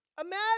imagine